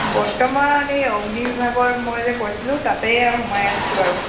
বৰ্তমান এই অগ্নিবিভাগৰ মই যে কৈছিলোঁ তাতেই সোমাই আছোঁ আৰু